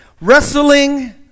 Wrestling